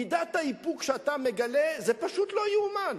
מידת האיפוק שאתה מגלה, זה פשוט לא ייאמן.